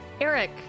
Eric